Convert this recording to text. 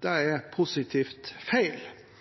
Det er positivt feil. Jeg var nemlig ordfører i Lofoten i perioden da den rød-grønne regjeringen satt, og det